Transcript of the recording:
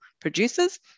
producers